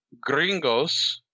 gringos